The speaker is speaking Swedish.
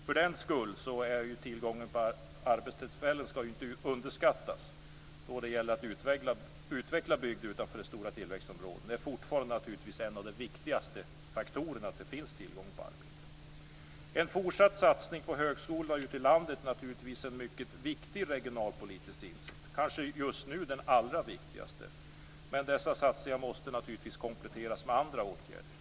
För den skull ska inte tillgången på arbetstillfällen underskattas då det gäller att utveckla bygder utanför stora tillväxtområden. Det är fortfarande en av de viktigaste faktorerna att det finns tillgång på arbete. En fortsatt satsning på högskolorna ute i landet är en mycket viktig regionalpolitisk insats, kanske just nu den allra viktigaste. Men dessa satsningar måste naturligtvis kompletteras med andra åtgärder.